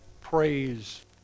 praise